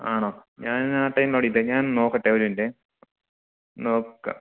ആണോ ഞാനെന്നാല് ആ ടൈമിലവിടെയില്ല ഞാന് നോക്കട്ടേ ഒരു മിനിറ്റേ നോക്കാം